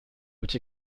which